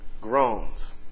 groans